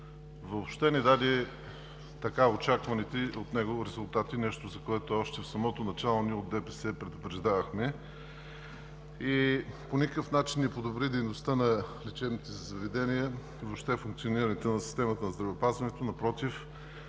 въобще не даде така очакваните от него резултати – нещо, за което още от самото начало ние от ДПС предупреждавахме, и по никакъв начин не подобри дейността на лечебните заведения, въобще функционирането на системата на здравеопазването.